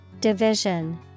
Division